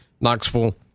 Knoxville